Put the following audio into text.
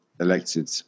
elected